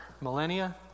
millennia